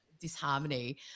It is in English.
disharmony